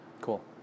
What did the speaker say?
cool